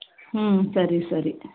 ಹ್ಞೂ ಸರಿ ಸರಿ